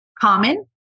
common